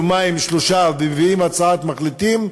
יומיים, שלושה ימים, ויביאו הצעת מחליטים,